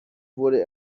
wurde